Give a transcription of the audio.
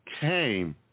came